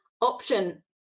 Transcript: option